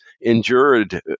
endured